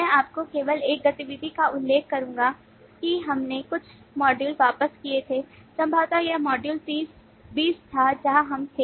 मैं आपको केवल एक गतिविधि का उल्लेख करूंगा कि हमने कुछ मॉड्यूल वापस किए थे संभवतः यह मॉड्यूल 20 था जहां हम थे